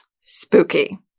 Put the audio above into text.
Spooky